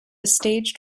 staged